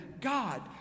God